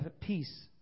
peace